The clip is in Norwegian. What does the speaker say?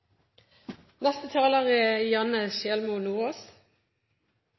Neste taler er